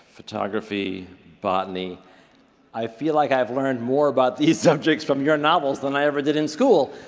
photography, botany i feel like i've learned more about these subjects from your novels than i ever did in school.